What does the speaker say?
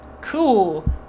cool